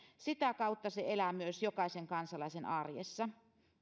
sitä kautta se elää myös jokaisen kansalaisen arjessa